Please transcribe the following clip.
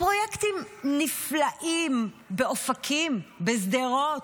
פרויקטים נפלאים באופקים, בשדרות,